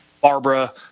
Barbara